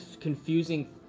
confusing